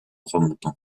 remontant